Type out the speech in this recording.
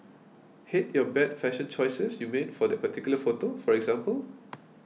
hate your bad fashion choices you made for that particular photo for example